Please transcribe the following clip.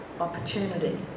opportunity